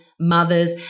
Mothers